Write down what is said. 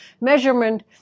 measurement